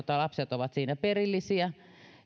lapset ovat siinä perillisiä